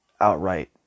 outright